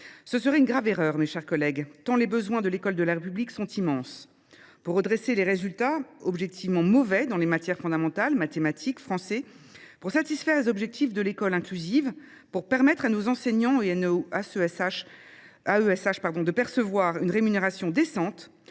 Ce serait une grave erreur, mes chers collègues, tant les besoins de l’école de la République sont immenses. Pour redresser les résultats objectivement mauvais dans les matières fondamentales – mathématiques, français –, pour satisfaire les objectifs de l’école inclusive, pour permettre à nos enseignants et à nos AESH de percevoir une rémunération décente,